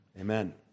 Amen